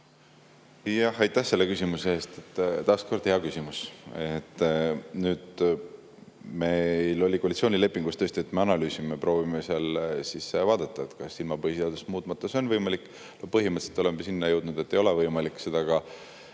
Aitäh selle küsimuse eest! Taas kord hea küsimus. Meil oli koalitsioonilepingus tõesti, et me analüüsime, proovime vaadata, kas ilma põhiseadust muutmata see on võimalik. Põhimõtteliselt oleme sinna jõudnud, et ei ole võimalik. Ja